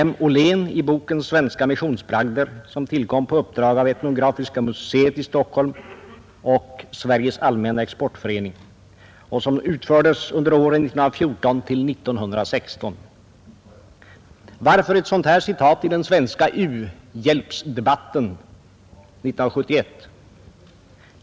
M. Ollén i boken ”Svenska missionsbragder”, som tillkom på uppdrag av etnografiska museet i Stockholm och Sveriges allmänna exportförening och utfördes under åren 1914-1916. Varför ett sådant här citat i den svenska u-hjälpsdebatten 1971?